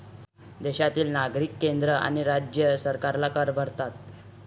देशातील नागरिक केंद्र आणि राज्य सरकारला कर भरतात